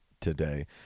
today